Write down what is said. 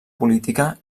política